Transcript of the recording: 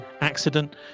accident